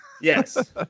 yes